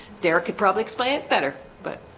deric could probably explain it better, but